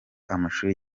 amashuri